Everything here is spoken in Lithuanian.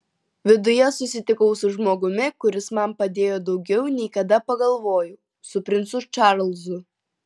viduje susitikau su žmogumi kuris man padėjo daugiau nei kada pagalvojo su princu čarlzu